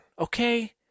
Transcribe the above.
okay